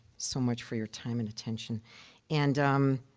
so much for your time and attention and, um,